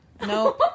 No